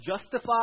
justify